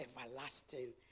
everlasting